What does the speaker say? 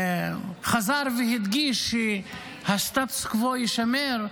חזר והדגיש שהסטטוס-קוו יישמר,